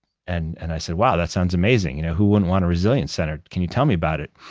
and and i said, wow, that sounds amazing. you know who wouldn't want a resilience center? can you tell me about it.